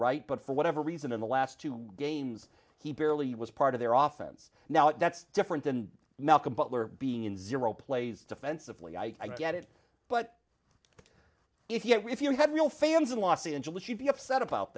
right but for whatever reason in the last two games he barely was part of their oftens now if that's different than malcom butler being in zero plays defensively i get it but if you if you had real fans in los angeles you'd be upset about